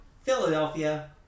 Philadelphia